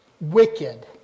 Wicked